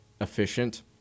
efficient